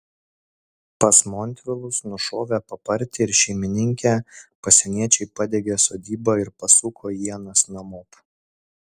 pas montvilus nušovę papartį ir šeimininkę pasieniečiai padegė sodybą ir pasuko ienas namop